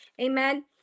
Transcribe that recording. Amen